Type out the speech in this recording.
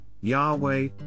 Yahweh